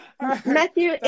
Matthew